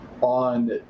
on